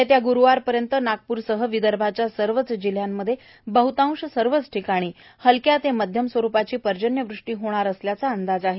येत्या गुरूवारपर्यन्त नागप्रसह विदर्भाच्या सर्वच जिल्ह्यांमध्ये बहतांश सर्वच ठिकाणी हलक्या ते माध्यम स्वरूपाची पर्जन्य वृष्टि होणार असल्याचं अंदाज आहे